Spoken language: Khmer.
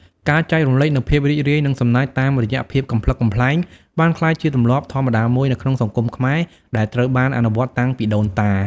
ការចែករំលែកនូវភាពរីករាយ និងសំណើចតាមរយៈភាពកំប្លុកកំប្លែងបានក្លាយជាទម្លាប់ធម្មតាមួយនៅក្នុងសង្គមខ្មែរដែលត្រូវបានអនុវត្តតាំងពីដូនតា។